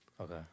Okay